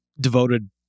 devoted